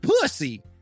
pussy